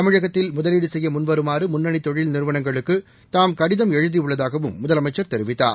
தமிழகத்தில் முதலீடு செய்ய முன் வருமாறு முன்னனி தொழில் நிறுவனங்களுக்கு தாம் கடிதம் எழுதியுள்ளதாகவும் முதலமைச்சர் தெரிவித்தார்